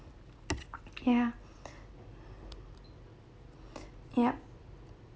ya yup